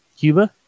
Cuba